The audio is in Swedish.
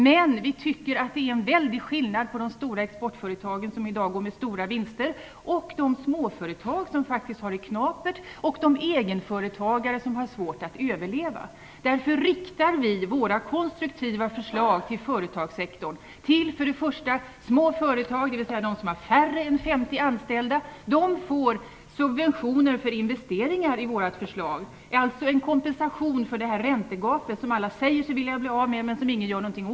Men vi anser att det är en stor skillnad för de stora exportföretag som i dag går med stora vinster och för de småföretag som har det knapert och de egenföretagare som har svårt att överleva. Därför riktar vi våra konstruktiva förslag till företagssektorn till först och främst små företag, dvs. till företag som har färre än 50 anställda. Dessa företag får enligt våra förslag subventioner till investeringar - en kompensation för räntegapet, ett räntegap som alla säger sig vilja bli av med, men som ingen gör något åt.